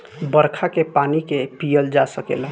बरखा के पानी के पिअल जा सकेला